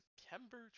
September